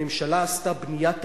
הממשלה עשתה בנייה תקציבית.